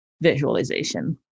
visualization